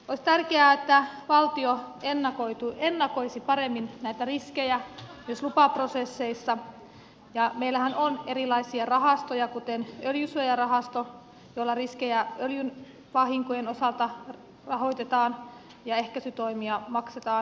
olisi tärkeää että valtio ennakoisi paremmin näitä riskejä lupaprosesseissa ja meillähän on erilaisia rahastoja kuten öljysuojarahasto jolla riskejä öljyvahinkojen osalta rahoitetaan ja ehkäisytoimia maksetaan